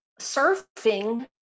surfing